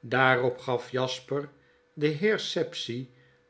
daarop gaf jasper den heer sapsea